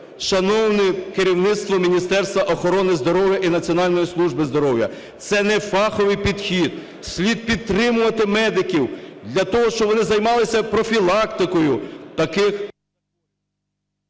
Шановне керівництво Міністерства охорони здоров'я і Національної служби здоров'я, це не фаховий підхід. Слід підтримувати медиків для того, щоб вони займалися профілактикою таких…